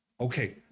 Okay